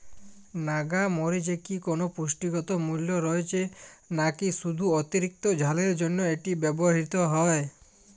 নাগা মরিচে কি কোনো পুষ্টিগত মূল্য রয়েছে নাকি শুধু অতিরিক্ত ঝালের জন্য এটি ব্যবহৃত হয়?